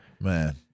man